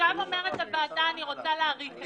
עכשיו אומרת הוועדה: אני רוצה להאריך את זה.